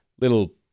little